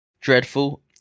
dreadful